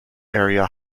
area